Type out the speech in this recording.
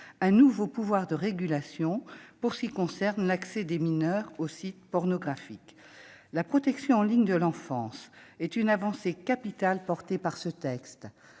un nouveau pouvoir de régulation pour ce qui concerne l'accès des mineurs aux sites pornographiques. La protection en ligne de l'enfance est une avancée capitale portée par ce texte.